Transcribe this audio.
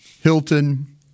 Hilton